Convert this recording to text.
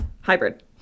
hybrid